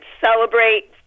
celebrate